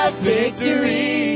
victory